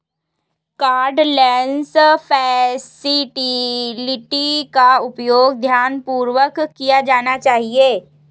cardless facility का उपयोग ध्यानपूर्वक किया जाना चाहिए